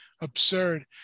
absurd